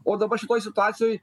o dabar šitoj situacijoj